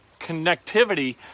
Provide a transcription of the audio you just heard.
connectivity